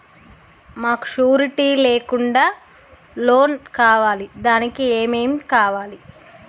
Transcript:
మాకు షూరిటీ లేకుండా లోన్ కావాలి దానికి ఏమేమి కావాలి?